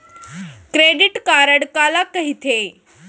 Credit card काला कहिथे?